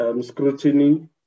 scrutiny